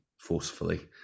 forcefully